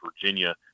Virginia